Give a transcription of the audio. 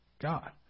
God